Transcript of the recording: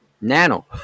Nano